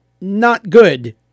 not-good